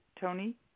Tony